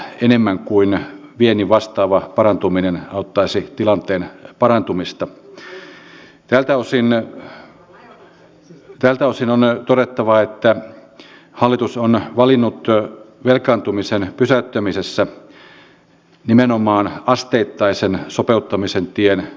se kohdistuu suoraan kansalaisiin ja silloin täällä on oikeus demokratian nimissä kysyä onko hallituksen arvovalinta oikea kun kuritatte kaikkein köyhimmässä asemassa valmiiksi olevia ihmisiä